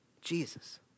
Jesus